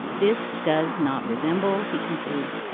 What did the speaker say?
this does not resemble he concludes.